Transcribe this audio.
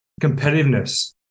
competitiveness